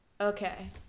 okay